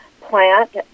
plant